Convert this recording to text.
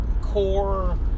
core